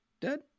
dead